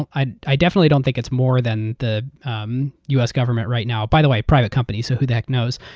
i i definitely don't think it's more than the um us government right now. by the way, private companies, so who the heck knows?